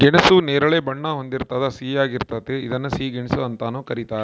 ಗೆಣಸು ನೇರಳೆ ಬಣ್ಣ ಹೊಂದಿರ್ತದ ಸಿಹಿಯಾಗಿರ್ತತೆ ಇದನ್ನ ಸಿಹಿ ಗೆಣಸು ಅಂತಾನೂ ಕರೀತಾರ